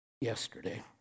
Yesterday